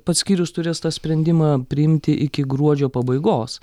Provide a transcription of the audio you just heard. pats skyrius turės tą sprendimą priimti iki gruodžio pabaigos